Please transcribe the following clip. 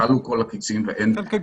כלו כל הקיצין ואין שום דרך אחרת.